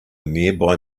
nearby